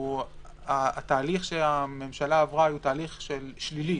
התהליך שהממשלה עברה הוא תהליך שלילי.